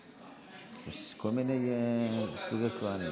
יש כל מיני סוגי כוהנים.